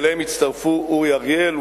ואליהם הצטרפו אורי אריאל,